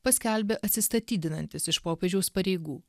paskelbė atsistatydinantis iš popiežiaus pareigų